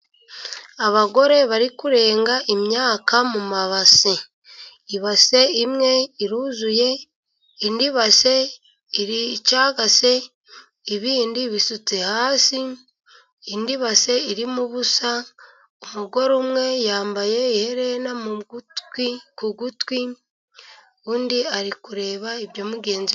Abagore bari kurenga imyaka mu mabase. Ibase imwe iruzuye, indi base iracagase, ibindi bisutse hasi, indi base irimo ubusa. Umugore umwe yambaye iherena ku gutwi, undi ari kureba ibyo mugenzi we...